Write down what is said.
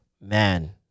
Man